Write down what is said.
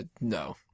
No